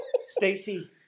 Stacy